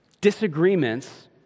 disagreements